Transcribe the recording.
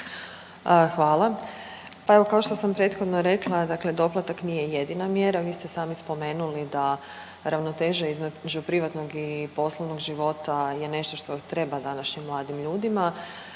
Hvala. Evo kao što sam prethodno rekla dakle doplatak nije jedina mjera. Vi ste sami spomenuli da ravnoteža između privatnog i poslovnog života je nešto što treba današnjim mladim ljudima.